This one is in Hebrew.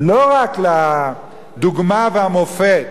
לא רק לדוגמה והמופת,